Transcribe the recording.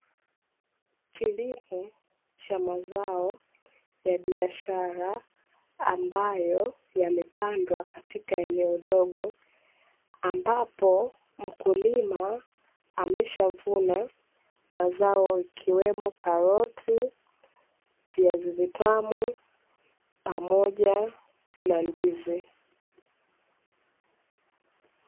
Kilimo cha mazao ya biashara ambayo ya biashara ambayo yamepandwa katika eneo dogo, mkulima ameshavuna mazao ikiwemo karoti, viazi vitamu, pamoja na ndizi.